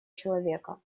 человека